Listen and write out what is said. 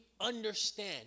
understand